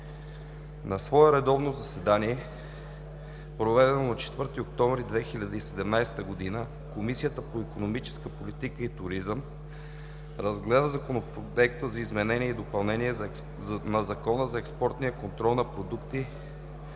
На свое редовно заседание, проведено на 4 октомври 2017 г., Комисията по икономическа политика и туризъм разгледа Законопроекта за изменение и допълнение на Закона за експортния контрол на продукти,